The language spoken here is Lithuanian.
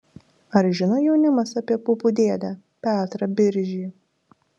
ar žino jaunimas apie pupų dėdę petrą biržį